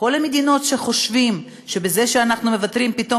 לכל המדינות שחושבות שבזה שאנחנו מוותרים פתאום,